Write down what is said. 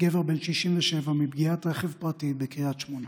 גבר בן 67, מפגיעת רכב פרטי בקריית שמונה,